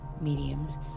Mediums